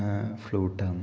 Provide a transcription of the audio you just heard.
ഫ്ലുട്ടാണ്